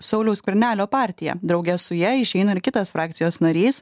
sauliaus skvernelio partiją drauge su ja išeina ir kitas frakcijos narys